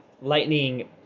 lightning